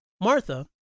Martha